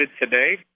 today